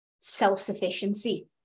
self-sufficiency